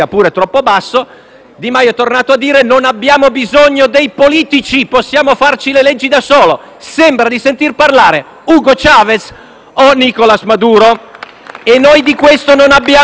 basso), è tornato a dire che non abbiamo bisogno dei politici e che possiamo farci le leggi da soli. Sembra di sentir parlare Hugo Chavez o Nicolas Maduro e noi di questo non abbiamo bisogno.